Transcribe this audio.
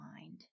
mind